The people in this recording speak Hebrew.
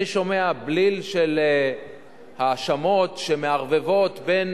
אני שומע בליל של האשמות שמערבבות בין